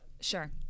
Sure